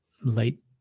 late